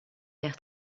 l’air